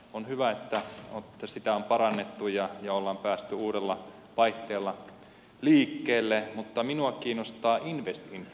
on hyvä että sitä on parannettu ja ollaan päästy uudella vaihteella liikkeelle mutta minua kiinnostaa invest in finland